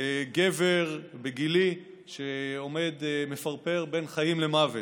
גבר בגילי שעומד ומפרפר בין חיים למוות.